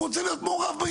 אלו תוכניות שהתרחבו.